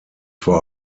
vor